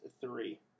three